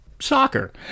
soccer